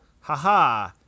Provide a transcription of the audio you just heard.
haha